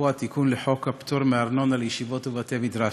אפרופו התיקון לחוק פטור מארנונה לישיבות ובתי-מדרש.